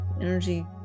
energy